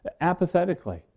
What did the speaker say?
Apathetically